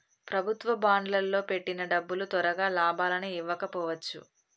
ప్రభుత్వ బాండ్లల్లో పెట్టిన డబ్బులు తొరగా లాభాలని ఇవ్వకపోవచ్చు